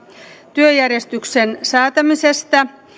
työjärjestyksen säätämisestä